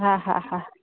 हा हा हा